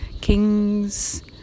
Kings